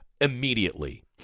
immediately